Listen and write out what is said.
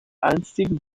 einstigen